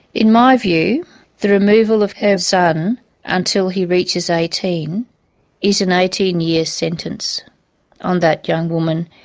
in my view the removal of her son until he reaches eighteen is an eighteen year sentence on that young woman,